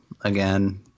again